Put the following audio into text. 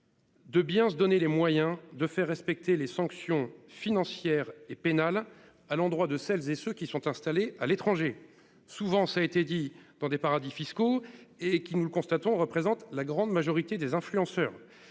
De bien se donner les moyens de faire respecter les sanctions financières et pénales à l'endroit de celles et ceux qui sont installés à l'étranger. Souvent ça a été dit dans des paradis fiscaux et qui nous le constatons représentent la grande majorité des influenceurs.